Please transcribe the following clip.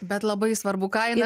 bet labai svarbu kaina